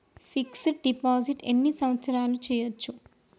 Fix డ్ deposit ఎన్ని సంవత్సరాలు చేయచ్చు?